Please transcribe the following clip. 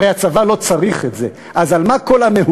הרי הצבא לא צריך את זה, אז על מה כל המהומה?